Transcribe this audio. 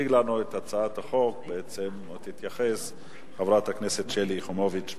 תציג לנו את הצעת החוק חברת הכנסת שלי יחימוביץ.